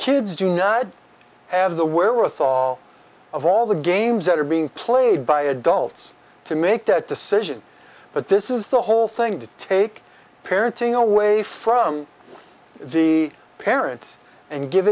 kids do not have the where with all of all the games that are being played by adults to make that decision but this is the whole thing to take parenting away from the parents and give